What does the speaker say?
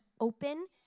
open